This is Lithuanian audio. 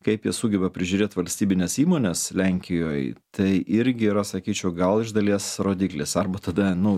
kaip jie sugeba prižiūrėt valstybines įmones lenkijoj tai irgi yra sakyčiau gal iš dalies rodiklis arba tada nu